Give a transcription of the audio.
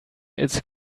its